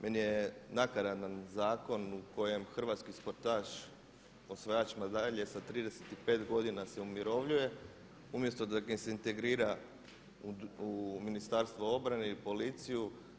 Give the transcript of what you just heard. Meni je nakaradan zakon u kojem hrvatski sportaš osvajač medalje sa 35 godina se umirovljuje, umjesto da ga se integrira u Ministarstvo obrane i policiju.